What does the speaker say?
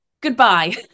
Goodbye